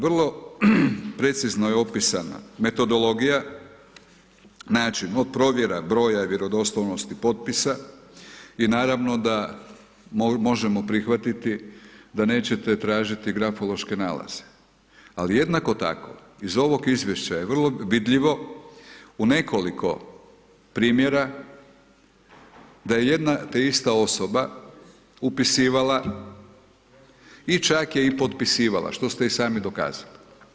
Vrlo precizno je opisana metodologija, način od provjera broja i vjerodostojnosti potpisa i naravno da možemo prihvatiti da nećete tražiti grafološke nalaze, ali jednako tako iz ovog izvješća je vrlo vidljivo u nekoliko primjera da je jedna te ista osoba upisivala i čak je i potpisivala što ste i sami dokazali.